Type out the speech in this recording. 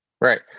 right